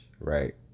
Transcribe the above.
right